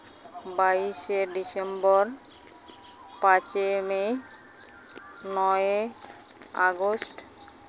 ᱵᱟᱭᱤᱥᱮ ᱰᱤᱥᱮᱢᱵᱚᱨ ᱯᱟᱸᱪᱮ ᱢᱮ ᱱᱚᱭᱮ ᱟᱜᱚᱥᱴ